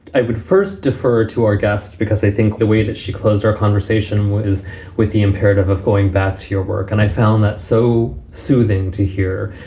i would first defer to our guests because they think the way that she closed our conversation was with the imperative of going back to your work. and i found that so soothing to hear.